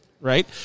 Right